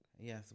Yes